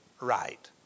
right